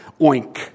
oink